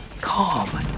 calm